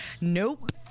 Nope